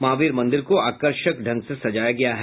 महावीर मंदिर को आकर्षक रूप से सजाया गया है